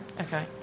Okay